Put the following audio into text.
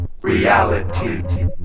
Reality